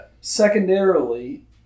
Secondarily